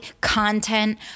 content